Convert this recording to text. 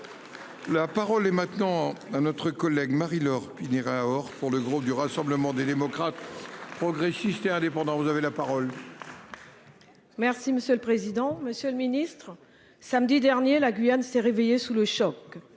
La parole est maintenant à notre collègue Marie-, Laure Phinéra, or pour le groupe du Rassemblement des démocrates, progressistes et indépendants. Vous avez la parole. Merci monsieur le président, Monsieur le Ministre samedi dernier la Guyane s'est réveillé sous le choc.